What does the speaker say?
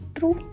True